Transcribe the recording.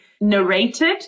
narrated